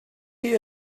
chi